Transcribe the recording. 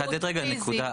נחדד רגע נקודה.